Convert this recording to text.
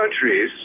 countries